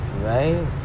right